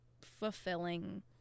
fulfilling